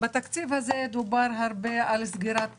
בתקציב הזה דובר הרבה על סגירת פערים.